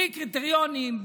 בלי קריטריונים,